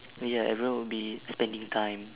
ah ya everyone would be spending time